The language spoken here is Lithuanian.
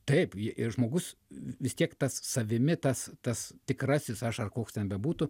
taip ir žmogus vis tiek tas savimi tas tas tikrasis aš ar koks ten bebūtų